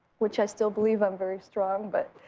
which i still believe i'm very strong. but